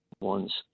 ones